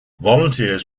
volunteers